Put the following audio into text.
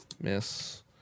miss